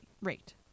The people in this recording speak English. rate